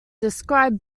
describe